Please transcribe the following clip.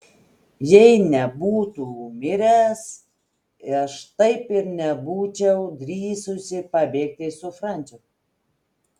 jei nebūtų miręs aš taip ir nebūčiau drįsusi pabėgti su franciu